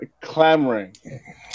clamoring